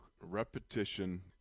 repetition